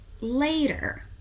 Later